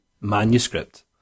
manuscript